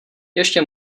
ještě